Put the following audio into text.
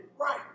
right